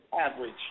average